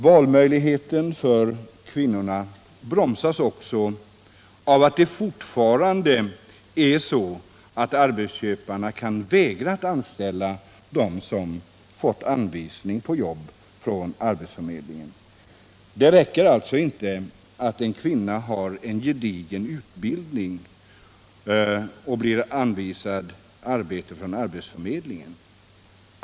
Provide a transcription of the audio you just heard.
Valmöjligheten för kvinnorna bromsas också av att det fortfarande är så, att arbetsköparna kan vägra att anställa dem som fått anvisning på jobb från arbetsförmedlingen. Det räcker alltså inte med att en kvinna har skaffat sig en gedigen utbildning och blivit anvisad arbete från arbetsförmedlingen.